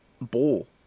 ball